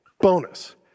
Bonus